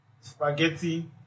spaghetti